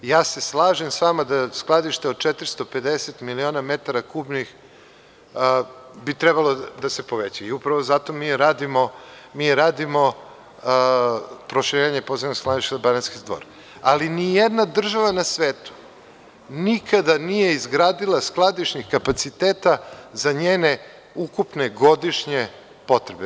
Ja se slažem sa vama da je skladište od 450 miliona metara kubnih bi trebalo da se poveća i upravo zato mi radimo proširenje posebnih skladišta Banatski Dvor, ali ni jedna država na svetu nikada nije izgradila skladišnih kapaciteta za njene ukupne godišnje potrebe.